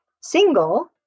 single